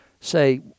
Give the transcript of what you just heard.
say